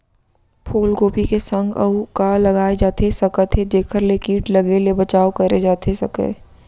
फूलगोभी के संग अऊ का लगाए जाथे सकत हे जेखर ले किट लगे ले बचाव करे जाथे सकय?